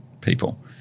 people